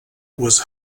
was